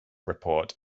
report